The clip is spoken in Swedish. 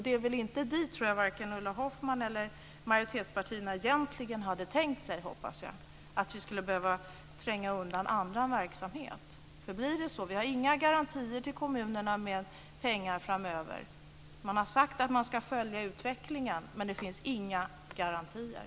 Det är väl inte dit som vare sig Ulla Hoffmann eller majoritetspartierna egentligen hade tänkt sig, hoppas jag, att vi skulle behöva tränga undan annan verksamhet. Vi har inte gett kommunerna några garantier om pengar framöver. Man har sagt att man ska följa utvecklingen, men det finns inga garantier.